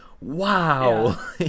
Wow